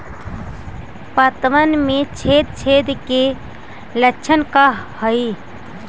पतबन में छेद छेद के लक्षण का हइ?